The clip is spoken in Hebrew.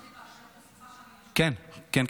זה שכול אזרחי באשר הוא, כן.